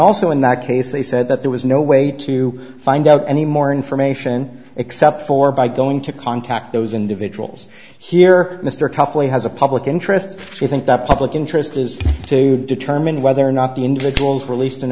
also in that case they said that there was no way to find out any more information except for by going to contact those individuals here mr toughly has a public interest we think that public interest is to determine whether or not the individuals released in